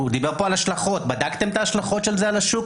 הוא מדבר פה על השלכות בדקתם את ההשלכות של זה על השוק?